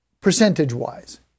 percentage-wise